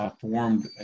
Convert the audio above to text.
Formed